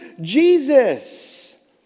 Jesus